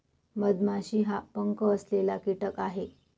मधमाशी हा पंख असलेला कीटक आहे